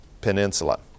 Peninsula